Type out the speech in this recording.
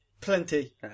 plenty